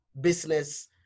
business